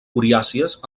coriàcies